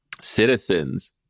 citizens